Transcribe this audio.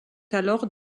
alors